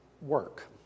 work